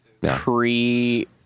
pre